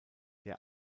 der